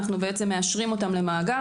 אנו מאשרים אותם למאגר.